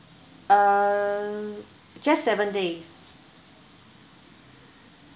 uh just seven days